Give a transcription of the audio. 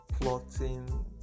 plotting